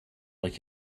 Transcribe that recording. like